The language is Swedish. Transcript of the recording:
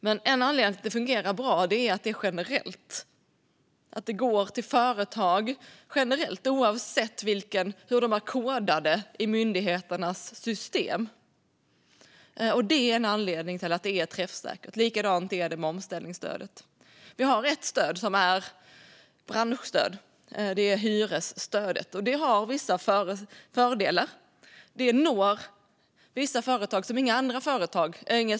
Men en anledning till att det fungerar bra är att det är generellt. Det går till företag generellt, oavsett hur de är kodade i myndigheternas system. Det är en anledning till att det är träffsäkert. Likadant är det med omställningsstödet. Vi har ett stöd som är ett branschstöd, och det är hyresstödet. Det har vissa fördelar. Det når vissa företag som inga andra stöd når.